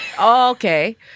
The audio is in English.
Okay